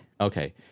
Okay